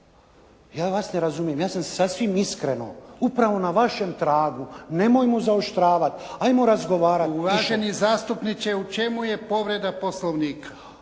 ja vas ne razumijem. Ja sam sasvim iskreno upravo na vašem tragu, nemojmo zaoštravati, ajmo razgovarati …… /Upadica: Uvaženi zastupniče u čemu je povreda Poslovnika?/